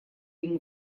ему